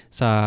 sa